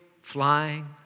flying